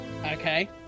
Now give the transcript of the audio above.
Okay